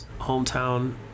hometown